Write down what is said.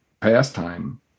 pastime